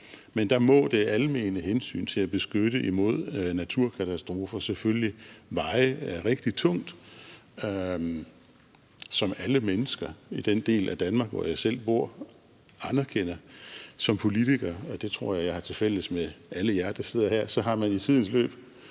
Men der må det almene hensyn til at beskytte imod naturkatastrofer selvfølgelige veje rigtig tungt, som alle mennesker i den del af Danmark, hvor jeg selv bor, anerkender. Som politiker, og det tror jeg har tilfælles med alle jer, der sidder her, har man i tidens løb